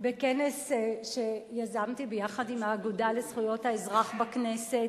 בכנס שיזמתי ביחד עם האגודה לזכויות האזרח בכנסת,